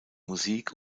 musik